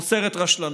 נוצרת רשלנות.